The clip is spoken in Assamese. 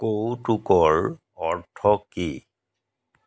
কৌতুকৰ অৰ্থ কি